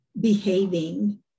behaving